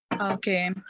Okay